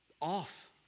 off